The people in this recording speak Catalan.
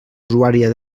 usuària